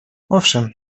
owszem